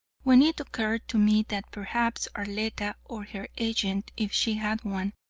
when it occurred to me that perhaps arletta, or her agent, if she had one,